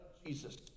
Jesus